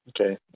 Okay